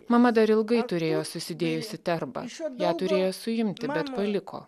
mama dar ilgai turėjo susidėjusi terbą ją turėjo suimti bet paliko